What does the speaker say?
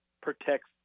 protects